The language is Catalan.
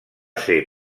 ser